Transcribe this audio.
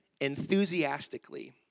enthusiastically